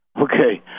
Okay